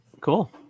cool